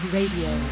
Radio